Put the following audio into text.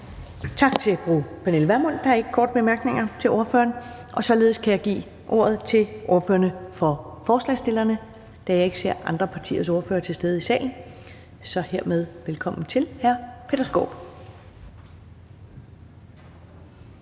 Tak til fru Pernille Vermund. Der er ingen korte bemærkninger til ordføreren. Således kan jeg give ordet til ordføreren for forslagsstillerne, da jeg ikke ser andre partiers ordførere til stede i salen – velkommen til hr. Peter Skaarup.